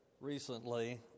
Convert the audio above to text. Recently